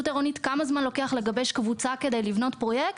עירונית כמה זמן לוקח לגבש קבוצה כדי לבנות פרויקט.